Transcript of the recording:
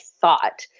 thought